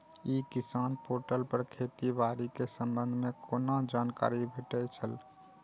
ई किसान पोर्टल पर खेती बाड़ी के संबंध में कोना जानकारी भेटय छल?